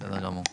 בסדר גמור.